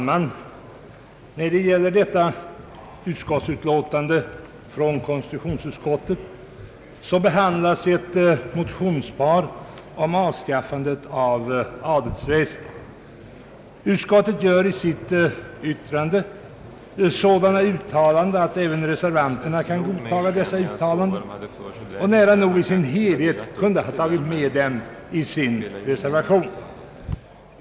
Herr talman! I detta utlåtande från konstitutionsutskottet behandlas ett motionspar om avskaffandet av adelsväsendet. Utskottet gör i sitt yttrande sådana uttalanden att även reservanterna kan godtaga dessa uttalanden och nära nog i sin helhet kunde ha tagit med dem i sin reservation.